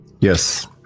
Yes